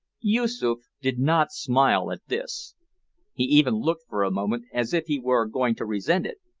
yoosoof did not smile at this he even looked for a moment as if he were going to resent it,